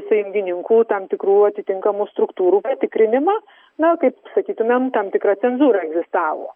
sąjungininkų tam tikrų atitinkamų struktūrų patikrinimą na kaip sakytumėm tam tikra cenzūra egzistavo